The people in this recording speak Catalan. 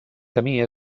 camí